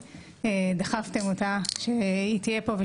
שדחפתם אותה שתהיה פה.